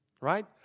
right